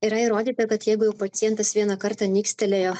yra įrodyta kad jeigu jau pacientas vieną kartą nikstelėjo